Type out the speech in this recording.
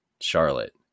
Charlotte